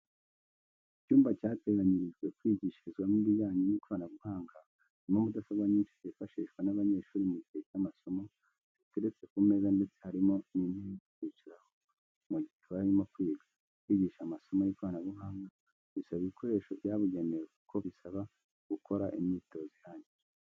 Icyumba cyateganyirijwe kwigishirizwamo ibijyanye n'ikoranabuhanga, harimo mudasobwa nyinshi zifashishwa n'abanyeshuri mu gihe cy'amasomo ziteretse ku meza ndetse harimo n'intebe zo kwicaraho mu gihe barimo kwiga. Kwigisha amasomo y'ikoranabuhanga bisaba ibikoresho byabugenewe kuko bisaba gukora imyitozo ihagije.